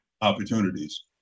opportunities